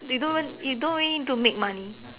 they don't even you don't really need to make money